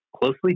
closely